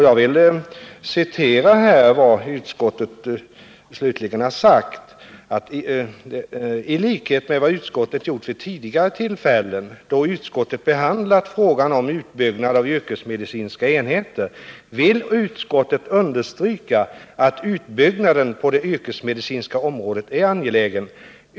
Jag vill här citera vad utskottet skriver: ”I likhet med vad utskottet gjort vid tidigare tillfällen, då utskottet behandlat frågan om utbyggnad av yrkesmedicinska enheter, vill utskottet understryka att utbyggnaden på det yrkesmedicinska området är angelägen.